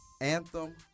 anthem